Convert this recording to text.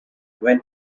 when